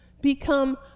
Become